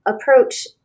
approach